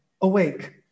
awake